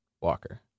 Walker